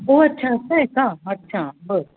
ओह अच्छा असं आहे का अच्छा बरं